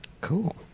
cool